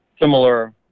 similar